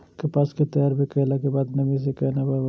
कपास के तैयार कैला कै बाद नमी से केना बचाबी?